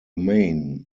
main